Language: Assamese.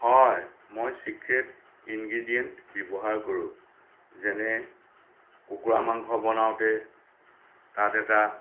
হয় মই ছিক্ৰেট ইনগ্ৰেডিয়েণ্ট ব্যৱহাৰ কৰোঁ যেনে কুকুৰা মাংস বনাওঁতে তাত এটা